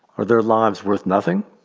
are their lives worth nothing?